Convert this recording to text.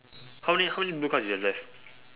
how many how many blue cards you have left